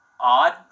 odd